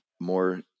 more